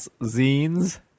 zines